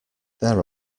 there